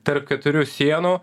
tarp keturių sienų